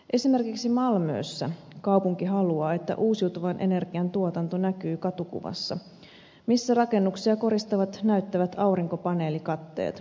esimerkiksi malmössä kaupunki haluaa että uusiutuvan energian tuotanto näkyy katukuvassa missä rakennuksia koristavat näyttävät aurinkopaneelikatteet